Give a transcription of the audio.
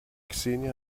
xenia